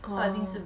orh